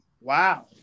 Wow